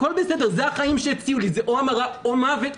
זה החיים שהציעו לי: או המרה או מוות,